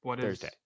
Thursday